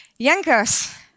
Yankos